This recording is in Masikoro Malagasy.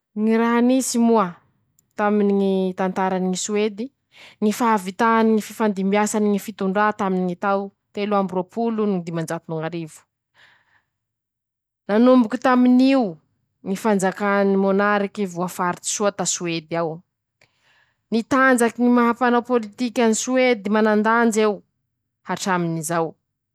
Ñy raha nisy moa, taminy ñy tantarany Soedy: ñy fahavitany ñy fifandimbiasany ñy fitondrà taminy ñy tao telo amby roapolo no dimanjato ñ'arivo, nanomboky tamin'io, ñy fanjakany mônariky voafaritsy soa ta Soedy ao, nitanjaky ñy maha panao pôlitiky any Soedy manandanja eo hatar'amin'izao.